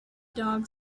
dog